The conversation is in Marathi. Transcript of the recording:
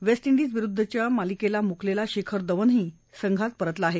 वेस्ट डिजविरुद्धच्या मालिकेला मुकलेला शिखर धवनही संघात परतला आहे